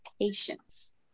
patience